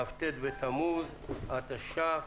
כ"ט בתמוז התש"ף,